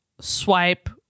swipe